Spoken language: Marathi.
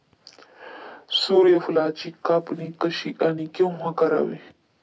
सूर्यफुलाची कापणी कशी आणि केव्हा करावी?